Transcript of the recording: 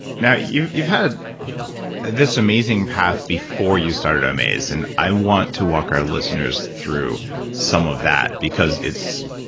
now you've you've had this amazing path before you started omaze, and i want to walk our listeners through some of that, because it's.